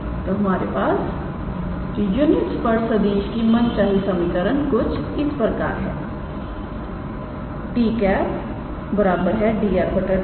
तो हमारे यूनिट स्पर्श सदिश की मनचाही समीकरण कुछ इस प्रकार है 𝑡̂ 𝑑𝑟⃗ 𝑑𝑡